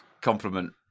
compliment